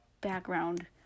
background